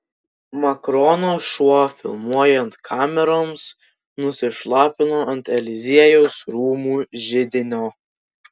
makrono šuo filmuojant kameroms nusišlapino ant eliziejaus rūmų židinio